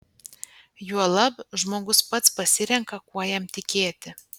juolab žmogus pats pasirenka kuo jam tikėti